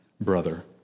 brother